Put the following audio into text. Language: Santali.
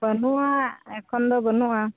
ᱵᱟᱹᱱᱩᱜᱼᱟ ᱮᱠᱷᱚᱱ ᱫᱚ ᱵᱟᱹᱱᱩᱜᱼᱟ